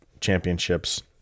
championships